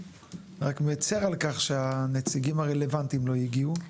רק מצר על כך שהנציגים הרלוונטיים לא הגיעו איתכם ביחד.